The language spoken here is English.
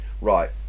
right